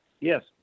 Yes